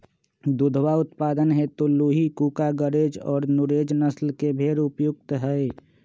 दुधवा उत्पादन हेतु लूही, कूका, गरेज और नुरेज नस्ल के भेंड़ उपयुक्त हई